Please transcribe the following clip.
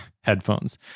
headphones